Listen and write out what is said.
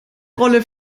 rolle